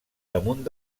damunt